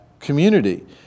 community